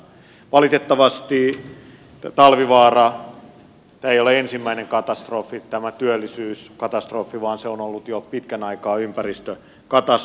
valitettavasti tämä työllisyyskatastrofi ei ole ensimmäinen katastrofi vaan talvivaara on ollut jo pitkän aikaa ympäristökatastrofi